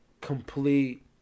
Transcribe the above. complete